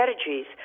strategies